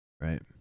right